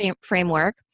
framework